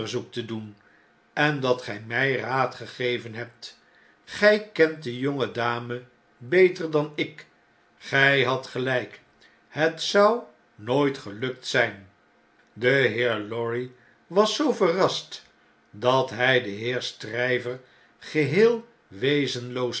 te doen en dat gjj mjj raad gegeven hebt gn kent de jonge dame beter dan ik gn hadt gelp het zou nooit gelukt zijn de heer lorry was zoo verrast dat hjj den heer stryver geheel wezenloos